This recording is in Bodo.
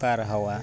बारहावा